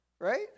Right